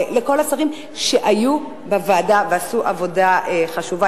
לכל השרים שהיו בוועדה ועשו עבודה חשובה.